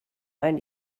only